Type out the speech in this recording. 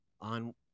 on